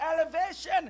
elevation